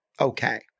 okay